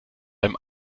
beim